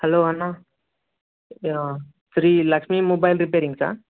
hello అన్న Sri Lakshmi mobile రిపేరింగ్సా